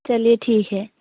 चलिए ठीक है